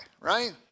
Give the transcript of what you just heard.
right